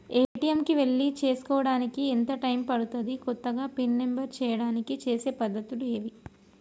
ATM కు వెళ్లి చేసుకోవడానికి ఎంత టైం పడుతది? కొత్తగా పిన్ నంబర్ చేయడానికి చేసే పద్ధతులు ఏవి?